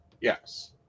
Yes